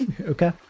Okay